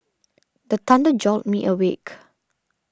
the thunder jolt me awake